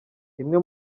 imwe